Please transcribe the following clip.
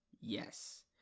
Yes